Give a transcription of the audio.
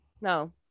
No